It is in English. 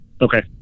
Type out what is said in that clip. Okay